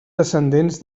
descendents